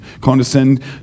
condescend